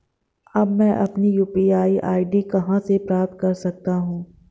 अब मैं अपनी यू.पी.आई आई.डी कहां से प्राप्त कर सकता हूं?